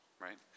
right